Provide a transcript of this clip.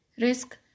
risk